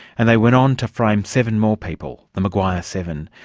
and they went on to frame seven more people, the maguire seven,